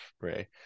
Ray